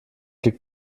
liegt